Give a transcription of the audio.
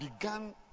began